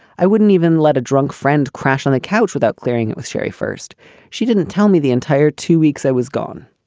i wouldn't even let a drunk friend crash on the couch without clearing it with sherry first she didn't tell me the entire two weeks i was gone.